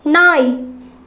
நாய்